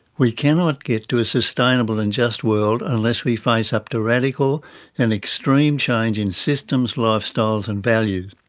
we cannot get to a sustainable and just world unless we face up to radical and extreme change in systems, lifestyles and values.